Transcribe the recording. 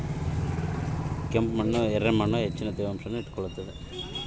ಯಾವ ರೇತಿಯ ಮಣ್ಣು ಹೆಚ್ಚು ತೇವಾಂಶವನ್ನು ಹಿಡಿದಿಟ್ಟುಕೊಳ್ತದ?